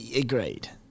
Agreed